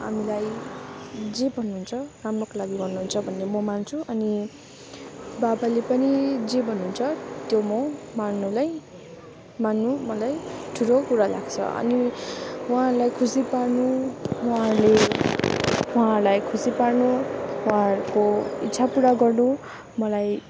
हामीलाई जे भन्नुहुन्छ राम्रोको लागि भन्नुहुन्छ भन्ने म मान्छु अनि बाबाले पनि जे भन्नुहुन्छ त्यो म मान्नुलाई मान्नु मलाई ठुलो कुरा लाग्छ अनि उहाँहरूलाई खुसी पार्नु उहाँहरूले उहाँहरूलाई खुसी पार्नु उहाँहरूको इच्छा पुरा गर्नु मलाई